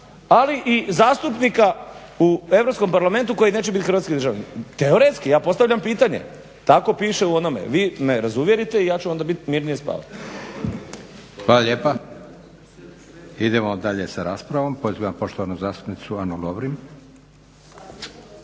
ali i zastupnika u Europskom parlamentu koji neće biti hrvatski državljanin. Teoretski, ja postavljam pitanje. Tako piše u onome. Vi me razuvjerite i ja ću onda mirnije spavat. **Leko, Josip (SDP)** Hvala lijepa. Idemo dalje sa raspravom. Pozivam poštovanu zastupnicu Anu Lovrin.